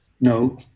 No